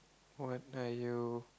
what are you